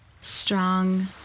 strong